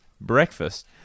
breakfast